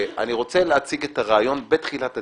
אני רוצה להציג את הרעיון בתחילת הדיון,